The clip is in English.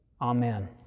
Amen